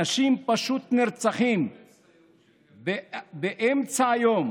אנשים פשוט נרצחים באמצע היום